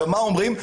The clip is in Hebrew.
מה אומרים?